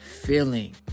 feeling